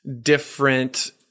different